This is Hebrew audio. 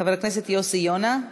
חבר הכנסת יוסי יונה.